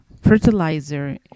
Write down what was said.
fertilizer